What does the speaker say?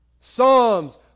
Psalms